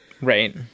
right